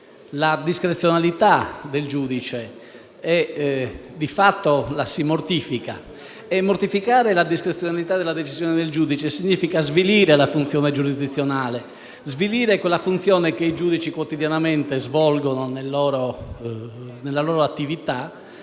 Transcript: la discrezionalità del giudice, perché di fatto la si mortifica. Mortificare la discrezionalità della decisione del giudice significa svilire la funzione giurisdizionale, quella funzione che i giudici, quotidianamente, svolgono e significa,